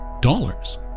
dollars